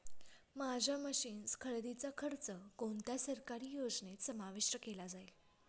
माझ्या मशीन्स खरेदीचा खर्च कोणत्या सरकारी योजनेत समाविष्ट केला जाईल?